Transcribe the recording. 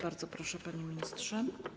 Bardzo proszę, panie ministrze.